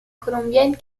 colombienne